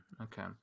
Okay